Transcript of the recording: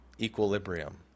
Equilibrium